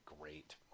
great